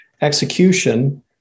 execution